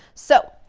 so,